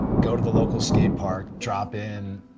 go to the local skate park, drop in.